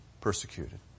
persecuted